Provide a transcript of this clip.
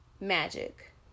magic